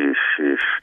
iš iš